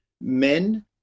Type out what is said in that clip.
men